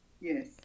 yes